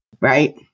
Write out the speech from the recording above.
Right